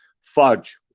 fudge